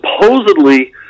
supposedly